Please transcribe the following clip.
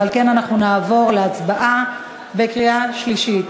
ועל כן אנחנו נעבור להצבעה בקריאה שלישית.